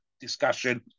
discussion